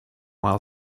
while